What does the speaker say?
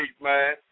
man